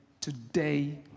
today